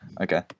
okay